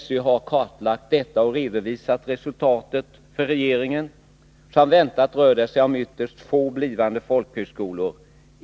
SÖ har kartlagt detta och redovisat resultatet för regeringen. Som väntat rör det sig om ytterst få ”blivande folkhögskolor”.